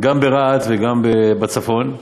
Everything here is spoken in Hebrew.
גם ברהט וגם בצפון.